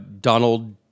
Donald